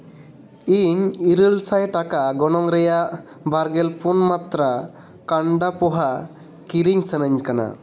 ᱤᱧ ᱤᱨᱟᱹᱞ ᱥᱟᱭ ᱴᱟᱠᱟ ᱜᱚᱱᱚᱝ ᱨᱮᱭᱟᱜ ᱵᱟᱨᱜᱮᱞ ᱯᱩᱱ ᱢᱟᱛᱨᱟ ᱠᱟᱱᱰᱟ ᱯᱳᱦᱟ ᱠᱤᱨᱤᱧ ᱥᱟᱱᱟᱧ ᱠᱟᱱᱟ